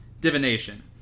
divination